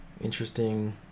interesting